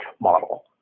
model